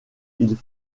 ils